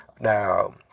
Now